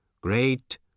great